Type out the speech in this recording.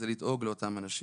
היא לדאוג לאותם אנשים,